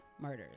murders